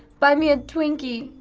buy me a twinkie.